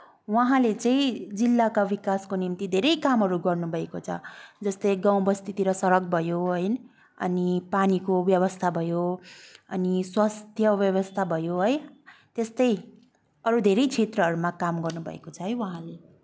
उहाँले चाहिँ जिल्लाका विकासको निम्ति धेरै कामहरू गर्नुभएको छ जस्तै गाउँबस्तीतिर सडक भयो हो है अनि पानीको व्यवस्था भयो अनि स्वास्थ्य व्यवस्था भयो है त्यस्तै अरू धेरै क्षेत्रहरूमा काम गर्नुभएको छ है उहाँले